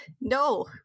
no